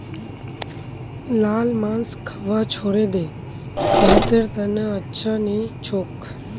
लाल मांस खाबा छोड़े दे सेहतेर त न अच्छा नी छोक